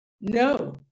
No